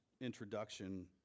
introduction